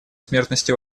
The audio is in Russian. смертности